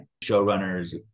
showrunners